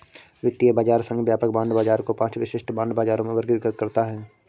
वित्तीय बाजार संघ व्यापक बांड बाजार को पांच विशिष्ट बांड बाजारों में वर्गीकृत करता है